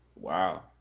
Wow